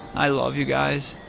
i love you guys.